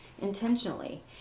intentionally